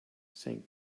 sank